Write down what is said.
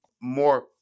more